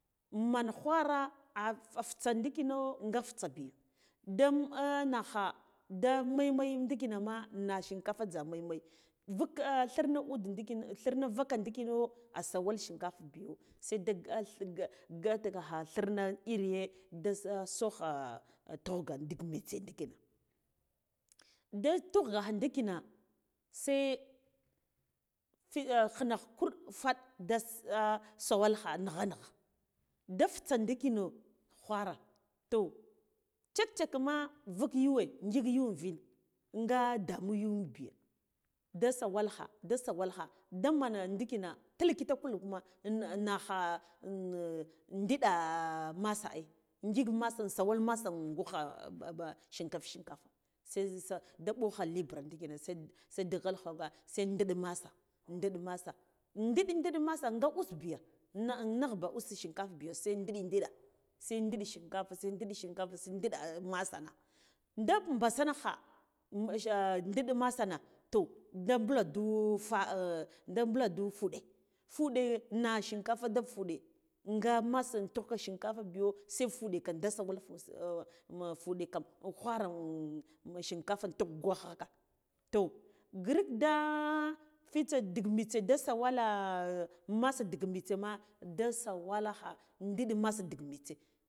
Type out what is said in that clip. Man ghwara ah fitsa ndakina ga fitso bi da nakha da mai mai ndikina ma shinkafa da mai mai vuk thirne ude ndikiro thirne vaka ndi kiro asawal shinkafi biyo seda gatakha iriye da sogha tughga ndik mitsa ndikina da tughga irina se khine khikiraɗ wufaɗ da sa sawal kha nigha nigha da fitsa ndikino ghwara toh check check ma vuk yuwe ngik yuwe vin gha damuwar yuw bi da sawal kha da sawalkha daman ndikina tilkitakul kuma nagha ndiɗi mass ai ngik masa in gawal masa in ghur kha shinkafa shinkafa se sa da ɓokha lebura ndikina se se di galkha ba se ndiɗ masa ndiɗ masa ndiɗ ndiɗ masa ga uso biya nagh naghba use shinkafa biyo se ndiɗe ndiɗe se ndiɗe shinkafa se ndiɗe shinkafa se ndiɗe masana da basankha ndiɗ masana to da buladu fa da bulandu fuɗe fuɗe na shinkafa de fuɗe nga masa ntuk shinkafa biyo se fuɗe kan da sawal fuɗe kam ghwara shinkafa untuk ghwakhaka toh grib da fitse ndik mitse da sawala masa dig mitsema da sawalkha ndiɗ masa ndik mitse.